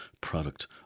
product